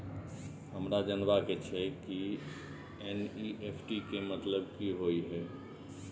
हमरा जनबा के छै की एन.ई.एफ.टी के मतलब की होए है?